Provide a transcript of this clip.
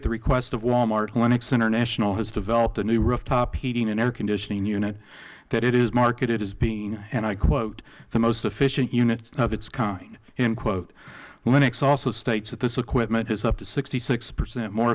at the request of wal mart lennox international has developed a new rooftop heating and air conditioning unit that it has marketed as being and i quote the most efficient unit of its kind lennox also states that this equipment is up to sixty six percent more